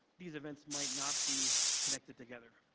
these events might not be connected together.